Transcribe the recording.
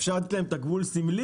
אפשר לתת להם תגמול סמלי.